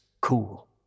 cool